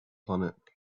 planet